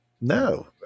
No